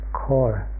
core